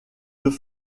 deux